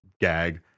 gag